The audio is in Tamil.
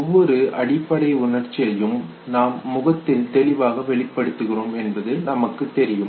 ஒவ்வொரு அடிப்படை உணர்ச்சியையும் நாம் முகத்தில் தெளிவாக வெளிப்படுத்துகிறோம் என்பது நமக்குத் தெரியும்